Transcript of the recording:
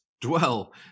dwell